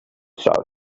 south